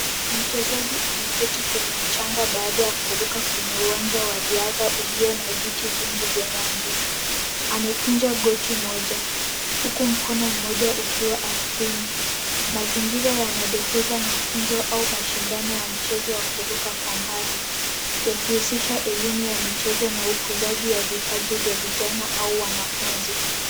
Mchezaji ameketi kwenye mchanga baada ya kuruka kwenye uwanja wa riadha ulio na viti vingi vya rangi, amekunja goti moja, huku mkono mmoja ukiwa ardhini, mazingira yanadokeza mafunzo au mashindano ya mchezo wa kuruka kwa mbali, yakihusisha elimu ya michezo na ukuzaji wa vipaji vya vijana au wanafunzi.